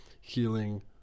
healing